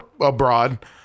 abroad